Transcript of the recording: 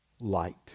light